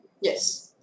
Yes